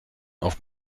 auf